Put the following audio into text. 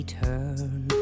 turn